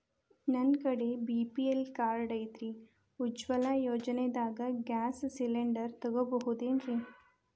ನನ್ನ ಕಡೆ BPL card ಐತ್ರಿ, ಉಜ್ವಲಾ ಯೋಜನೆದಾಗ ಗ್ಯಾಸ್ ಸಿಲಿಂಡರ್ ತೊಗೋಬಹುದೇನ್ರಿ?